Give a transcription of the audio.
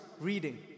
reading